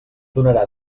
donarà